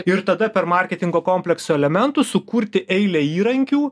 ir tada per marketingo komplekso elementus sukurti eilę įrankių